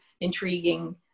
intriguing